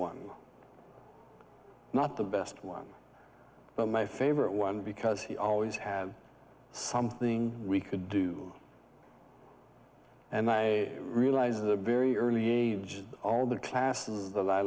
one not the best one but my favorite one because he always have something we could do and i realized that very early age all the classes that i